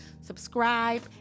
Subscribe